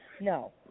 no